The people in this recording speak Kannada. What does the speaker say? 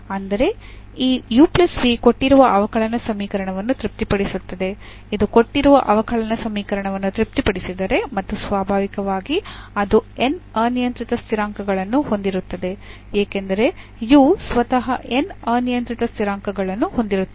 ಅಂದರೆ ಈ ಕೊಟ್ಟಿರುವ ಅವಕಲನ ಸಮೀಕರಣವನ್ನು ತೃಪ್ತಿಪಡಿಸುತ್ತದೆ ಇದು ಕೊಟ್ಟಿರುವ ಅವಕಲನ ಸಮೀಕರಣವನ್ನು ತೃಪ್ತಿಪಡಿಸಿದರೆ ಮತ್ತು ಸ್ವಾಭಾವಿಕವಾಗಿ ಅದು n ಅನಿಯಂತ್ರಿತ ಸ್ಥಿರಾಂಕಗಳನ್ನು ಹೊಂದಿರುತ್ತದೆ ಏಕೆಂದರೆ u ಸ್ವತಃ n ಅನಿಯಂತ್ರಿತ ಸ್ಥಿರಾಂಕಗಳನ್ನು ಹೊಂದಿರುತ್ತದೆ